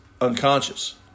unconscious